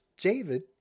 David